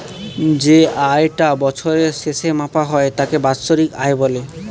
যে আয় টা বছরের শেষে মাপা হয় তাকে বাৎসরিক আয় বলে